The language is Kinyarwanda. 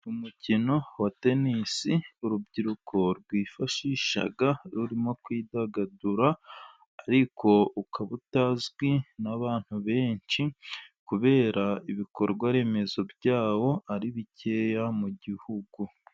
Umukino wa tenisi urubyiruko rwifashisha rurimo kwidagadura ariko ukaba utazwi n'abantu benshi, kubera ko ibikorwa remezo byawo ari bikeya mu gihugu.